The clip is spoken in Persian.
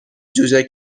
جوجه